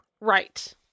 Right